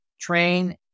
train